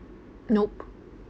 nope